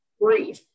breathe